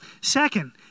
Second